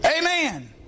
Amen